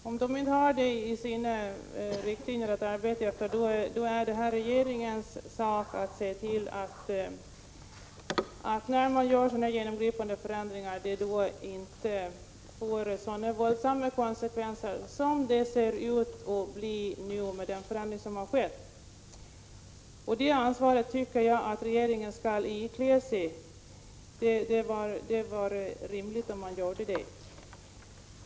Om transportrådet inte har att ta sådana hänsyn är det regeringens sak att se till att en genomgripande förändring inte får sådana våldsamma konsekvenser som den förändring som nu har skett ser ut att få. Det ansvaret tycker jag att regeringen skall ikläda sig — det vore rimligt om man gjorde det.